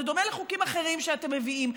זה דומה לחוקים אחרים שאתם מביאים.